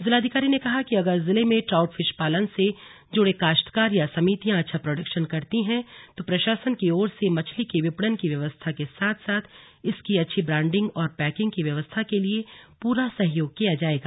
जिलाधिकारी ने कहा कि अगर जिले में ट्राउट फिश पालन से जुड़े काश्तकार या समितियां अच्छा प्रोडेक्शन करती हैं तो प्रशासन की ओर से मछली के विपणन की व्यवस्था के साथ साथ इसकी अच्छी ब्रांडिंग और पैंकिग की व्यवस्था के लिए प्रा सहयोग किया जायेगा